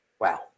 Wow